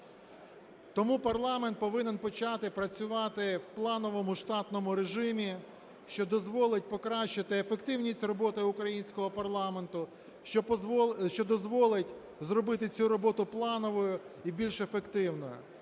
Тому парламент повинен почати працювати в плановому, штатному режимі, що дозволить покращити ефективність роботи українського парламенту, що дозволить зробити цю роботу плановою і більш ефективною.